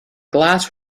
glass